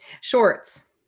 Shorts